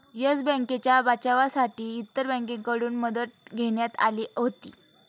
yes बँकेच्या बचावासाठी इतर बँकांकडून मदत घेण्यात आली होती